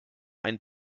ein